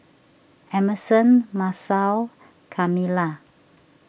Emerson Masao and Kamilah